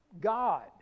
God